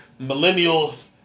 millennials